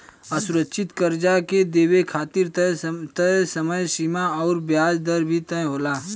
असुरक्षित कर्जा के देवे खातिर तय समय सीमा अउर ब्याज दर भी तय होला